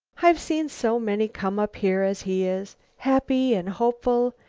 i've seen so many come up here as he is, happy and hopeful,